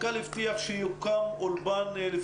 המעסיקים פשוט ניתקו את הטלפון.